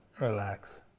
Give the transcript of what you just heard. relax